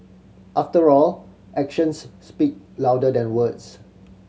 after all actions speak louder than words